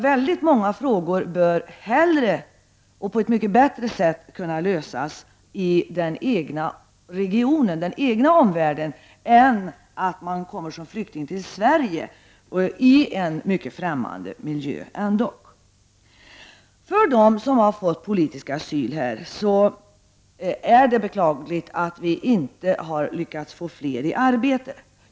Väldigt många frågor bör hellre och kan på ett mycket bättre sätt lösas i den egna regionen än de kan lösas genom att människor kommer till Sverige som flyktingar. Sverige är dock en mycket främmande miljö för dessa människor. För dem som har politisk asyl här i landet är det beklagligt att vi inte har lyckats få fler ut i arbetslivet.